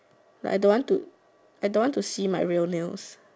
but I don't want to I don't want to see my real nails